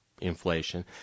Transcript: inflation